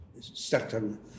certain